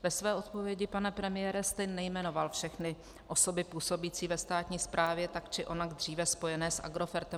Ve své odpovědi, pane premiére, jste nejmenoval všechny osoby působící ve státní správě tak či onak dříve spojené s Agrofertem.